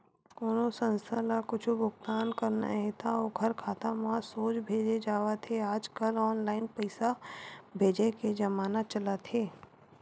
कोनो संस्था ल कुछ भुगतान करना हे त ओखर खाता म सोझ भेजे जावत हे आजकल ऑनलाईन पइसा भेजे के जमाना चलत हे